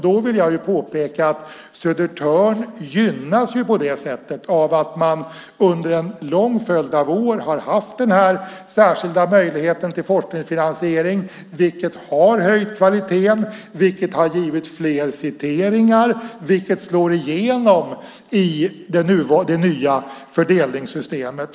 Då vill jag påpeka att Södertörns högskola gynnas av att man under en lång följd av år har haft denna särskilda möjlighet till forskningsfinansiering, vilket har höjt kvaliteten och givit fler citeringar, och det slår igenom i det nya fördelningssystemet.